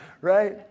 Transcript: Right